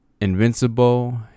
invincible